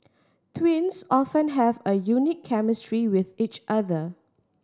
twins often have a unique chemistry with each other